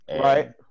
right